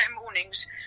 mornings